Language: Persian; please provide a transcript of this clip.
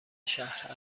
شهر